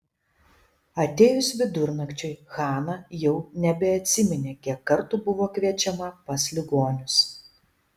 atėjus vidurnakčiui hana jau nebeatsiminė kiek kartų buvo kviečiama pas ligonius